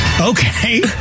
okay